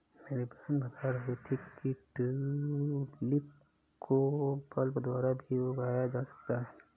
मेरी बहन बता रही थी कि ट्यूलिप को बल्ब द्वारा भी उगाया जा सकता है